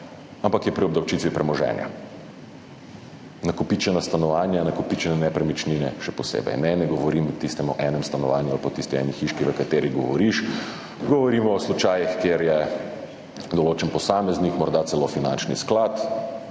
ampak je obdavčitev premoženja. Nakopičena stanovanja, nakopičene nepremičnine, še posebej. Ne, ne govorim o tistem enem stanovanju ali pa o tisti eni hiški, o kateri govoriš. Govorimo o slučajih, kjer se je določen posameznik, morda celo finančni sklad,